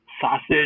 Sausage